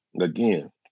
again